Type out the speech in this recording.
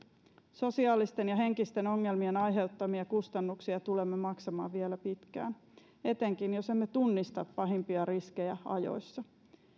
sosiaalisten ja henkisten ongelmien aiheuttamia kustannuksia tulemme maksamaan vielä pitkään etenkin jos emme tunnista pahimpia riskejä ajoissa